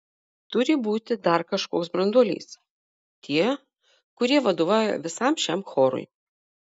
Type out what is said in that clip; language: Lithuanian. turi būti dar kažkoks branduolys tie kurie vadovauja visam šiam chorui